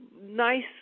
nice